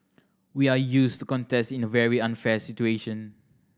we are used to contest in a very unfair situation